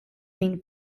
been